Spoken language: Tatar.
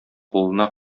кулына